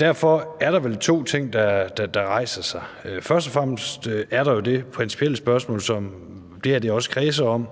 Derfor er der vel to ting, der rejser sig. Først og fremmest er der jo det principielle spørgsmål, som det her også kredser om,